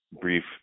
brief